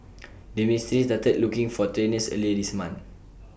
the ministry started looking for trainers earlier this month